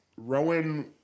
Rowan